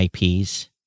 IPs